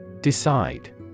Decide